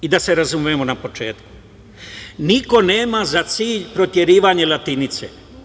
Da se razumemo na početku, niko nema za cilj proterivanje latinice.